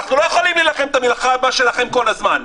אנחנו לא יכולים להילחם את המלחמה שלכם כל הזמן.